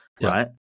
right